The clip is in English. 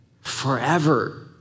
forever